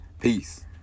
peace